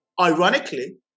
ironically